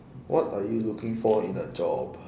what are you looking for in a job